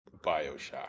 Bioshock